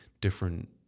different